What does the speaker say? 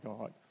God